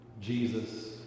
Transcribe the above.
Jesus